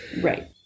Right